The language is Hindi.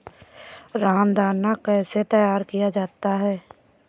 रामदाना कैसे तैयार किया जाता है?